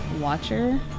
watcher